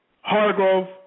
Hargrove